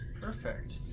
Perfect